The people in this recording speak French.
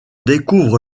découvre